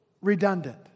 redundant